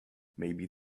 maybe